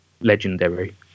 legendary